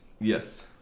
yes